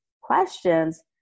questions